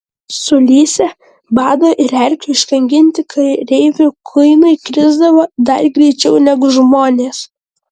sulysę bado ir erkių iškankinti kareivių kuinai krisdavo dar greičiau negu žmonės